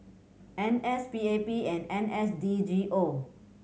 N S P A P and N S D G O